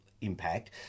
Impact